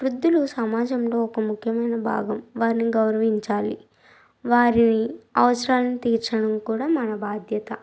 వృద్ధులు సమాజంలో ఒక ముఖ్యమైన భాగం వారిని గౌరవించాలి వారి అవసరాలను తీర్చడం కూడా మన బాధ్యత